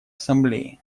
ассамблее